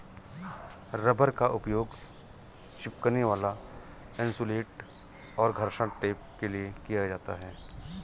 rubber का उपयोग चिपकने वाला इन्सुलेट और घर्षण टेप के लिए किया जाता है